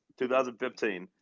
2015 –